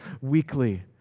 weekly